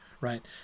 right